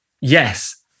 yes